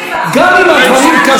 היא לא הקשיבה.